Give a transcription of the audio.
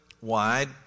wide